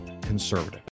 conservative